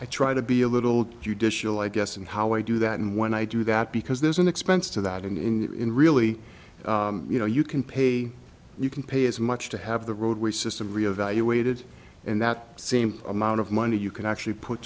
i try to be a little judicial i guess and how i do that and when i do that because there's an expense to that in really you know you can pay you can pay as much to have the roadway system reevaluated and that same amount of money you can actually put